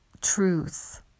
truth